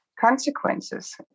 consequences